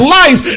life